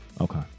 okay